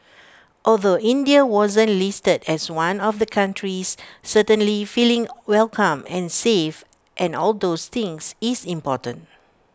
although India wasn't listed as one of the countries certainly feeling welcome and safe and all those things is important